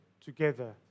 together